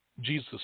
Jesus